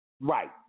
Right